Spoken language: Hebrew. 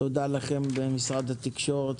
תודה לכם במשרד התקשורת,